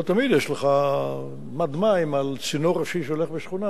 לא תמיד יש לך מד מים על צינור ראשי שהולך לשכונה.